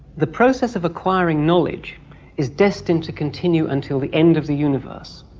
the process of acquiring knowledge is destined to continue until the end of the universe.